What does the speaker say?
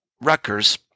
Rutgers